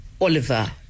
Oliver